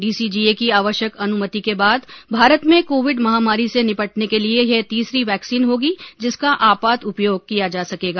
DCGA की आवश्यक अनुमति के बाद भारत में कोविड महामारी से निपटने के लिए यह तीसरी वैक्सीन होगी जिसका आपात उपयोग किया जा सकेगा